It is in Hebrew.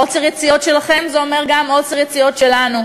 עוצר יציאות שלכם זה אומר גם עוצר יציאות שלנו.